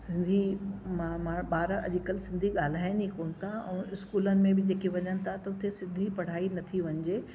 सिंधी मां मा ॿार अॼकल्ह सिंधी ॻाल्हायनि ई कोन्ह था ऐं स्कूलनि में बि जेके वञनि था त हुते सिंधी पढ़ाई नथी वञिजे